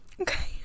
okay